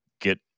get